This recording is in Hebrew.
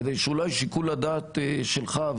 כדי שאולי שיקול הדעת שלך,